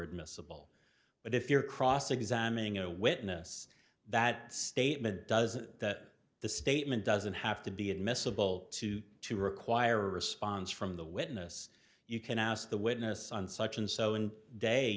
admissible but if you're cross examining a witness that statement does that the statement doesn't have to be admissible to to require a response from the witness you can ask the witness on such and so and day